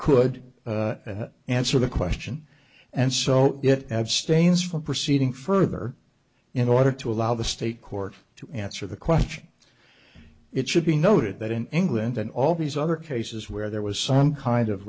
could answer the question and so it abstains from proceeding further in order to allow the state court to answer the question it should be noted that in england and all these other cases where there was some kind of